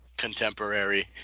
contemporary